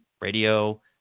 radio